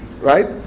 Right